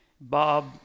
Bob